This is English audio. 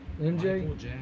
MJ